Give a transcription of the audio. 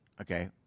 okay